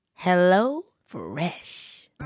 HelloFresh